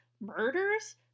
murders